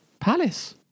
Palace